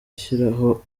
ashyiraho